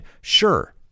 Sure